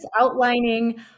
outlining